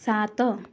ସାତ